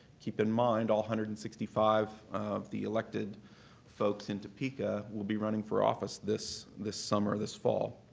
keep in mind, all one hundred and sixty five of the elected folks in topeka will be running for office this this summer, this fall.